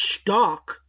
stock